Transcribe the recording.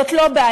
זאת לא בעיה,